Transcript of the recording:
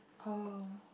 oh